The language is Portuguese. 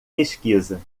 pesquisa